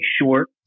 short